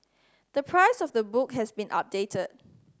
the price of the book has been updated